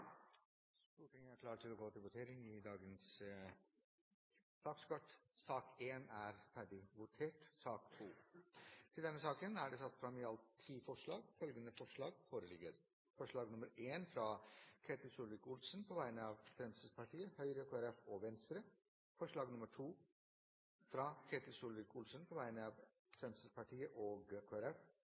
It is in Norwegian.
Stortinget går til votering over sakene på dagens kart. Det er allerede votert over sak nr. 1. Votering i sak nr. 2 Under debatten er det satt fram i alt ti forslag. Det er forslag nr. 1, fra Ketil Solvik-Olsen på vegne av Fremskrittspartiet, Høyre, Kristelig Folkeparti og Venstre forslag nr. 2, fra Ketil Solvik-Olsen på vegne av Fremskrittspartiet og